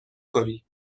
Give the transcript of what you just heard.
کنی